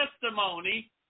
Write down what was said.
testimony